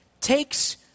takes